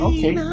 Okay